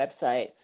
website